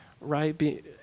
right